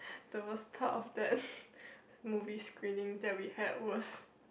the worst part of that movie screening that we had was